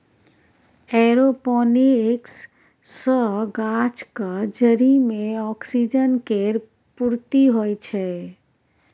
aeroponics सँ गाछक जरि मे ऑक्सीजन केर पूर्ती होइ छै